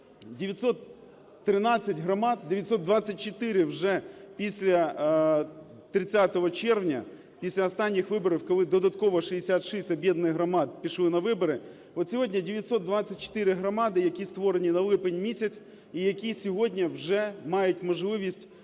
913 громад, 924 вже після 30 червня, після останніх виборів, коли додатково 66 об'єднаних громад пішли на вибори. От сьогодні 924 громади, які створені на липень місяць і які сьогодні вже мають можливість